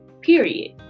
period